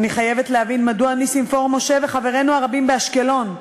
אני חייבת להבין מדוע נסים פור משה וחברינו הרבים באשקלון,